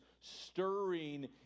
stirring